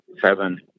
seven